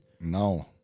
No